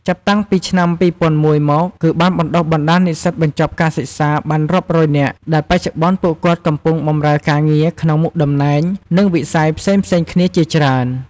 ចាប់តាំងពីឆ្នាំ២០០១ មក គឺបានបណ្ដុះបណ្ដាលនិស្សិតបញ្ចប់ការសិក្សាបាន រាប់រយនាក់ ដែលបច្ចុប្បន្នពួកគាត់កំពុងបម្រើការងារក្នុងមុខតំណែង និងវិស័យផ្សេងៗគ្នាជាច្រើន។